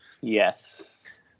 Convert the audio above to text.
yes